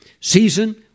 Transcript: season